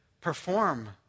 perform